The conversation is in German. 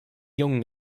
jungen